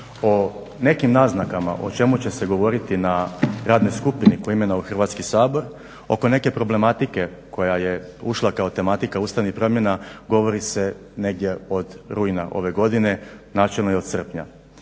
O nekim naznakama o čemu će se govoriti na radnoj skupini koju je imenovao Hrvatski sabor, oko neke problematike koja je ušla kao tematika u ustavnim promjenama govori se negdje od rujna ove godine, načelo i od srpnja.